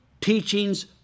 teachings